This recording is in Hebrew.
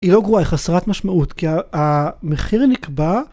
היא לא גרועה היא חסרת משמעות. כי ה, ה... מחיר נקבע...